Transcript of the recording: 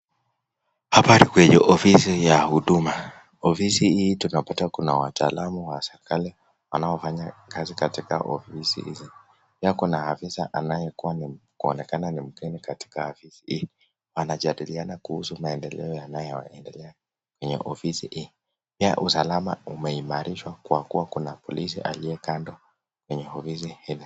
Hapa ni kwenye ofisi ya huduma. Ofisi hii tunapata kuna wataalamu wa serikali wanaofanya kazi katika ofisi hizi. Pia kuna afisa anayekuwa kuonekana ni mgeni katika hii afisi hii. Wanajadiliana kuhusu maendeleo yanayoendelea kwenye ofisi hii. Pia usalama umeimarishwa kwa kuwa kuna polisi aliye kando kwenye ofisi hili.